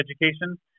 education